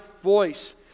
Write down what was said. voice